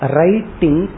Writing